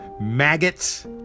maggots